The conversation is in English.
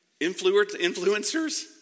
influencers